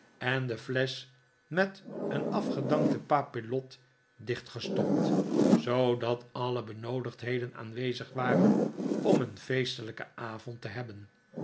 en de flesch met een afgedankte papillot dichtgestopt zoodat alle benoodigdheden aanwezig waren om een feestelijken avond te hebben